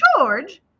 George